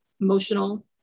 emotional